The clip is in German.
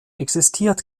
existiert